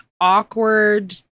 awkward